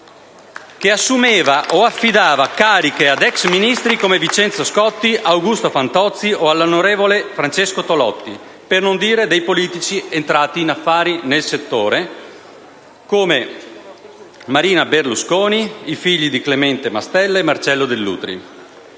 che assumeva o affidava cariche ad ex ministri come Vincenzo Scotti e Augusto Fantozzi o all'onorevole Francesco Tolotti. Per non dire dei politici entrati in affari nel settore, come Marina Berlusconi, i figli di Clemente Mastella e Marcello Dell'Utri.